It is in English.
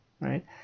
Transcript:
right